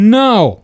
now